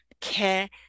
care